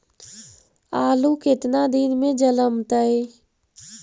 आलू केतना दिन में जलमतइ?